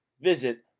visit